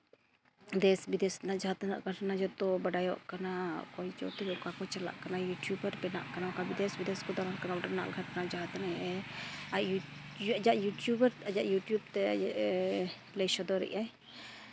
ᱫᱮᱥ ᱵᱤᱫᱮᱥ ᱨᱮᱱᱟᱜ ᱡᱟᱦᱟᱸ ᱛᱤᱱᱟᱹᱜ ᱜᱷᱚᱴᱚᱱᱟ ᱡᱚᱛᱚ ᱵᱟᱰᱟᱭᱚᱜ ᱠᱟᱱᱟ ᱚᱠᱚᱭ ᱠᱚ ᱛᱤᱨᱮ ᱚᱠᱟ ᱠᱚ ᱪᱟᱞᱟᱜ ᱠᱟᱱᱟ ᱤᱭᱩᱴᱩᱵᱟᱨ ᱵᱮᱱᱟᱜ ᱠᱟᱱᱟ ᱠᱚ ᱫᱮᱥ ᱵᱤᱫᱮᱥ ᱫᱟᱬᱟᱱ ᱠᱟᱱᱟ ᱠᱚ ᱚᱸᱰᱮᱱᱟᱜ ᱜᱷᱚᱴᱚᱱᱟ ᱡᱟᱦᱟᱸ ᱛᱤᱱᱟᱹᱜ ᱜᱮ ᱟᱭᱟᱜ ᱤᱭᱩᱴᱩᱵᱟᱨ ᱟᱭᱟᱜ ᱤᱭᱩᱴᱩᱵ ᱛᱮ ᱞᱟᱹᱭ ᱥᱚᱫᱚᱨᱮᱫ ᱟᱭ